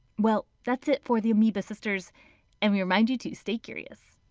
well, that's it for the amoeba sisters and we remind you to stay curious.